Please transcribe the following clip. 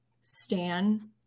stan